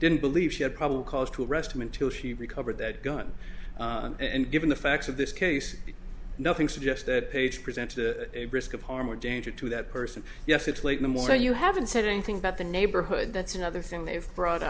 didn't believe she had probable cause to arrest him until she recovered that gun and given the facts of this case nothing suggests that paige presented a risk of harm or danger to that person yes it's late the more you haven't said anything about the neighborhood that's another thing they've brought